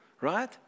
right